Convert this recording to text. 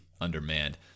undermanned